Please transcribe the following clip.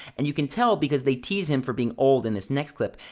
and you can tell, because they tease him for being old in this next clip,